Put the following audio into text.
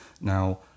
Now